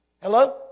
Hello